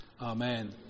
Amen